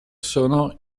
sono